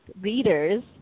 readers